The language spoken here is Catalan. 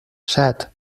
set